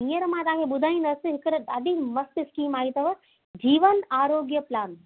हींअर मां तव्हांखे ॿुधाईंदसि हिकड़ ॾाढी मस्तु स्कीम आई अथव जीवन आरोग्य प्लान